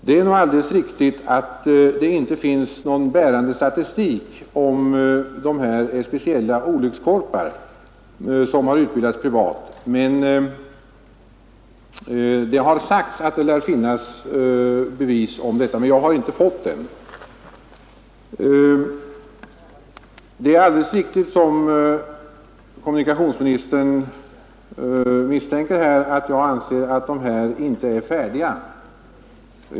Det är nog alldeles riktigt att det inte finns någon bärande statistik som säger att de som har lärt sig köra bil privat är några speciella olyckskorpar. Däremot har det sagts att det lär finnas bevis för detta, men jag har inte sett dem. Det är alldeles riktigt, som kommunikationsministern misstänkte, att jag anser att dessa förare inte är färdiga.